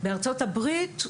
בארצות הברית,